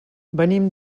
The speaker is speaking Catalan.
venim